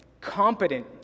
competent